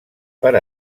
però